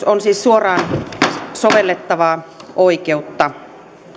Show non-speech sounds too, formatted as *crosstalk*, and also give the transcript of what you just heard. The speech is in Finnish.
*unintelligible* on siis suoraan sovellettavaa oikeutta